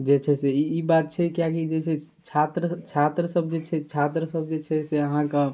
जे छै से ई बात छै से किएकि जे छै से छात्रसभ छात्रसभ जे छै छात्रसभ जे छै से अहाँके